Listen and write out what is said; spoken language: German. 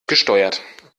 gesteuert